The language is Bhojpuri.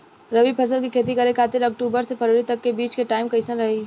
रबी फसल के खेती करे खातिर अक्तूबर से फरवरी तक के बीच मे टाइम कैसन रही?